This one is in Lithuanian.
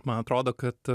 man atrodo kad